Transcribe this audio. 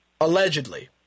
allegedly